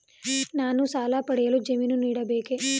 ನಾನು ಸಾಲ ಪಡೆಯಲು ಜಾಮೀನು ನೀಡಬೇಕೇ?